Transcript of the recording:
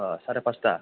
साराय फासथा